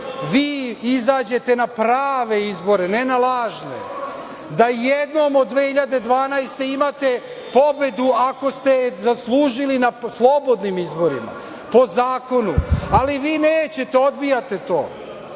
izađete na prave izbore, a ne na lažne, da jednom od 2012. godine imate pobedu ako ste je zaslužili na slobodnim izborima, po zakonu, ali vi nećete, odbijate to. Vi